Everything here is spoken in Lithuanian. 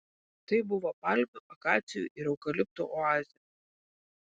tai buvo palmių akacijų ir eukaliptų oazė